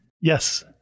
Yes